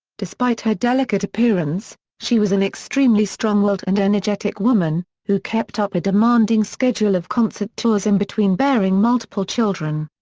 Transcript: despite her delicate appearance, she was an extremely strong-willed and energetic woman, who kept up a demanding schedule of concert tours in between bearing multiple children.